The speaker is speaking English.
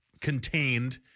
contained